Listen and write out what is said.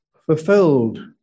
fulfilled